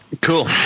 Cool